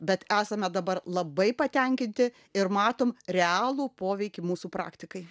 bet esame dabar labai patenkinti ir matom realų poveikį mūsų praktikai